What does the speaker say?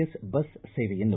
S bus ಸೇವೆಯನ್ನು